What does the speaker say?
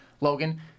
Logan